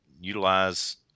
utilize